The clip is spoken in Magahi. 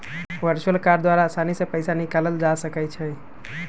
वर्चुअल कार्ड द्वारा असानी से पइसा निकालल जा सकइ छै